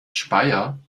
speyer